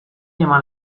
eman